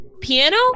piano